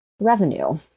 revenue